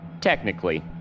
Technically